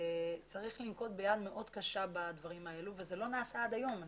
שצריך לנקוט ביד מאוד קשה בדברים האלה וזה לא נעשה עד היום.